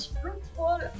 fruitful